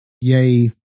yay